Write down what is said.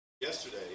Yesterday